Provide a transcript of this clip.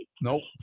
Nope